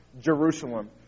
Jerusalem